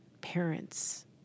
parents